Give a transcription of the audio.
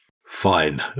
Fine